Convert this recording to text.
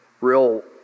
real